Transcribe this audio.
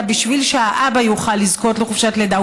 בשביל שהאבא יוכל לזכות לחופשת לידה,